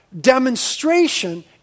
Demonstration